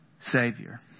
Savior